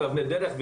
אבני דרך,